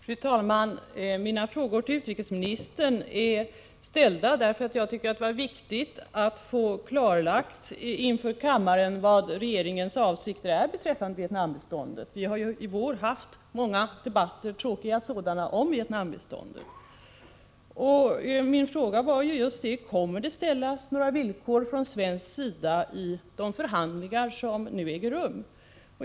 Fru talman! Mina frågor till utrikesministern är ställda därför att jag tyckte det var viktigt att få klarlagt inför kammaren vilka regeringens avsikter beträffande Vietnambiståndet är — vi har ju i vår haft många tråkiga debatter om det biståndet. Min fråga var om det kommer att ställas några villkor från svensk sida i de förhandlingar som nu äger rum.